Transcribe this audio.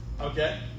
Okay